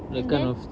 and then